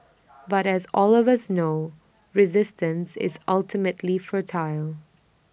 but as all of us know resistance is ultimately futile